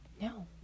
No